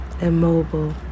Immobile